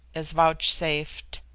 is vouchsafed.